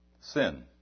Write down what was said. Sin